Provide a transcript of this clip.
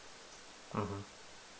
mmhmm